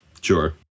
Sure